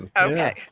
Okay